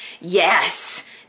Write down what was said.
Yes